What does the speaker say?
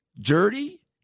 dirty